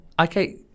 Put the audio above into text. okay